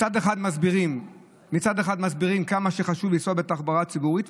מצד אחד מסבירים כמה חשוב לנסוע בתחבורה ציבורית,